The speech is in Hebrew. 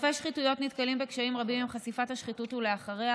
חושפי שחיתויות נתקלים בקשיים רבים עם חשיפת השחיתות ואחריה,